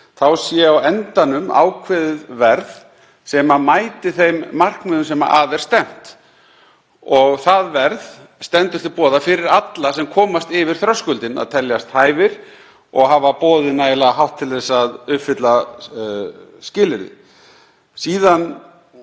þá sé á endanum ákveðið verð sem mæti þeim markmiðum sem að er stefnt. Það verð stendur til boða fyrir alla sem komast yfir þröskuldinn; að teljast hæfir og hafa boðið nægilega hátt til þess að uppfylla skilyrðin.